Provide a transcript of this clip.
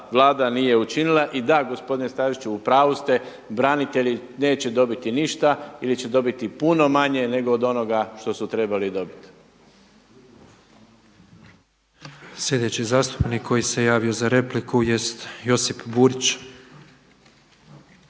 Vlada nije učinila. I da gospodine Staziću, u pravu ste, branitelji neće dobiti ništa ili će dobiti puno manje nego od onoga što su trebali dobiti. **Petrov, Božo (MOST)** Sljedeći zastupnik koji se javio za repliku jest Josip Borić.